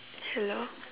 hello